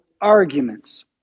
arguments